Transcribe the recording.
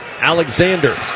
Alexander